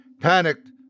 Panicked